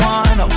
one